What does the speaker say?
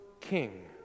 King